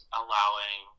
allowing